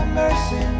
mercy